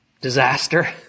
disaster